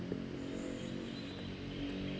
K can can can see from there lah